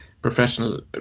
professional